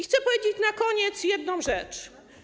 Chcę powiedzieć na koniec jedną rzecz.